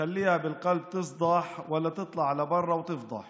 זכויות קולקטיביות, והיהודים פה הם מיעוט,